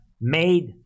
made